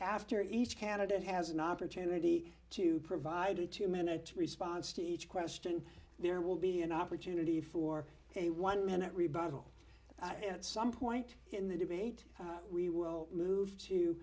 after each candidate has an opportunity to provide a two minute response to each question there will be an opportunity for a one minute rebuttal at some point in the debate we will move to